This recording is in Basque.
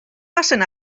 bazen